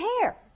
hair